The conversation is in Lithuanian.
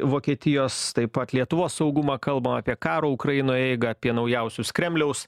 vokietijos taip pat lietuvos saugumą kalbam apie karo ukrainoje eigą apie naujausius kremliaus